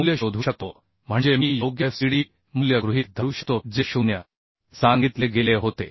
मूल्य शोधू शकतो म्हणजे मी योग्यFcd मूल्य गृहीत धरू शकतो जे 0 सांगितले गेले होते